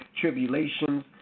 tribulations